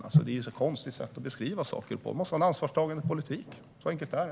Det är ett sådant konstigt sätt att beskriva saker på. Vi måste ha en ansvarstagande politik. Så enkelt är det.